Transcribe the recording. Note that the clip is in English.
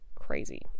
crazy